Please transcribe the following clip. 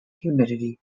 humidity